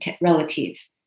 relative